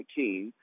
2019